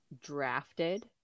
drafted